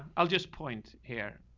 i'll just point here.